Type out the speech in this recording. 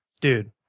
Dude